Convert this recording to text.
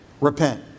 Repent